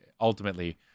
ultimately